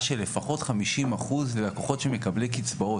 של לפחות 50% ללקוחות של מקבלי קצבאות.